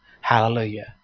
Hallelujah